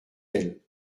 elle